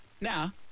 Now